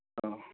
ಹಾಂ